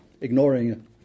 ignoring